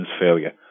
failure